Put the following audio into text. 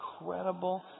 incredible